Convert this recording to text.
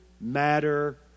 matter